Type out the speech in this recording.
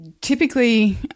typically